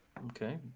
Okay